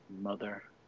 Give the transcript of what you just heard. mother